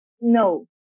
no